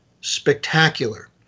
spectacular